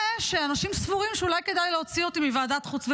ושאנשים סבורים שאולי כדאי להוציא אותי מוועדת חוץ וביטחון.